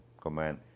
Command